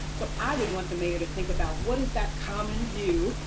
so i would want the mayor to think about what is that common view?